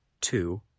two